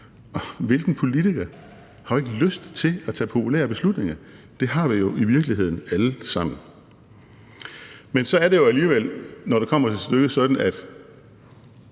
Hvilken politiker har jo ikke lyst til at tage populære beslutninger? Det har vi jo i virkeligheden alle sammen, men så er det jo alligevel, når det kommer til stykket, sådan, at